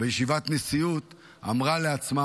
בישיבת נשיאות, אמרה לעצמה: